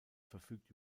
verfügt